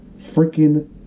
freaking